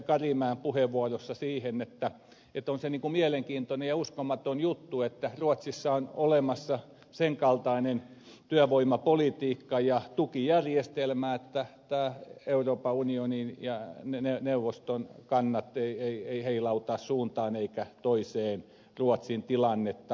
karimäen puheenvuorossa siihen että on se niin kuin mielenkiintoinen ja uskomaton juttu että ruotsissa on olemassa sen kaltainen työvoimapolitiikka ja tukijärjestelmä että euroopan unionin ja neuvoston kannat eivät heilauta suuntaan eikä toiseen ruotsin tilannetta